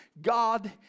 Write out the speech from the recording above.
God